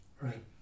right